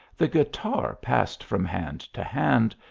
the guitar passed from hand to hand,